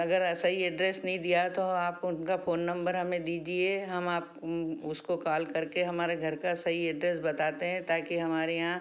अगर सही एड्रेस नहीं दिया तो आप उनका फोन नंबर हमें दीजिए हम आप उसको कॅाल करके हमारे घर का सही एड्रेस बता दें ताकी हमारे यहाँ